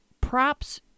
Props